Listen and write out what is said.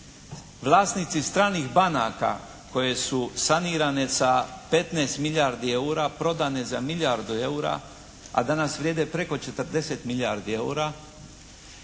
Vlasnici stranih banaka koje su sanirane sa 15 milijardi EUR-a, prodane za milijardu EUR-a a danas vrijede preko 40 milijardi EUR-a